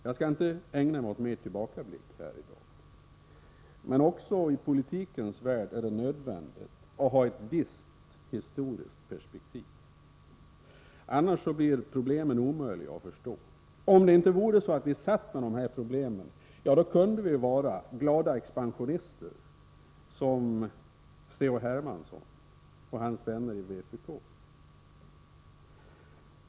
Jag skall inte ägna mig mera åt tillbakablickar här i dag. Men också i politikens värld är det nödvändigt att ha ett visst historiskt perspektiv. Annars blir problemen omöjliga att förstå. Om vi inte hade de här problemen kunde vi vara glada expansionister som C.-H. Hermansson och hans vänner i vpk.